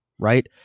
right